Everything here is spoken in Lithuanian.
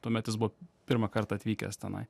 tuomet jis buvo pirmąkart atvykęs tenai